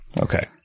Okay